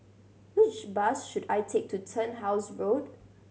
which bus should I take to Turnhouse Road